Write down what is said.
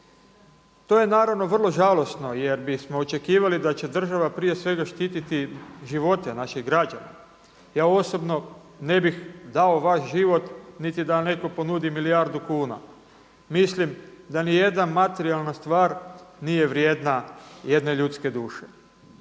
To je naravno vrlo žalosno jer bismo očekivali da će država prije svega štititi živote naših građana. Ja osobno ne bih dao vaš život niti da netko ponudi milijardu kuna. Mislim da ni jedna materijalna stvar nije vrijedna jedne ljudske duše,